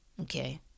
Okay